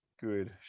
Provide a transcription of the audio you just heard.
good